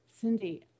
Cindy